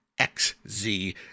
XZ